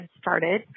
started